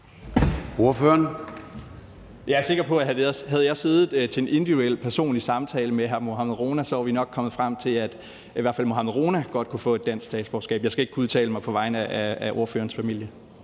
Jeg er sikker på, at havde jeg siddet til en individuel personlig samtale med hr. Mohammad Rona, var vi nok kommet frem til, at i hvert fald hr. Mohammad Rona kunne få et dansk statsborgerskab. Jeg skal ikke kunne udtale mig vedrørende ordførerens familie.